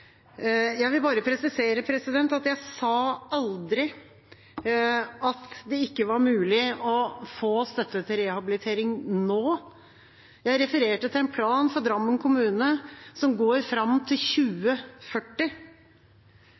Jeg vil bare presisere at jeg aldri sa at det ikke var mulig å få støtte til rehabilitering nå. Jeg refererte til en plan for Drammen kommune som går fram til 2040.